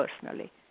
personally